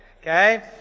Okay